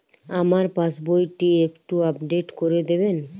আমার পাসবই টি একটু আপডেট করে দেবেন?